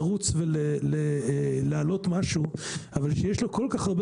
לרוץ ולהעלות משהו אבל שיש לו כל כך הרבה